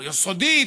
יסודי,